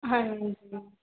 ਹਾਂਜੀ